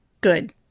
Good